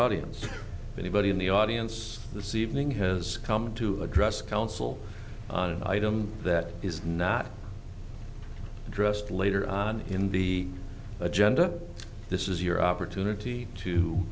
audience anybody in the audience this evening has come to address council on an item that is not addressed later on in the agenda this is your opportunity to